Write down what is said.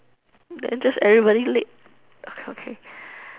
then just everybody late okay